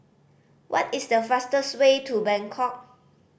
what is the fastest way to Bangkok